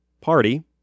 Party